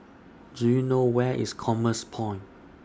Do YOU know Where IS Commerce Point